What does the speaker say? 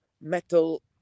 metal